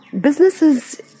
businesses